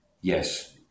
yes